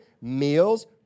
meals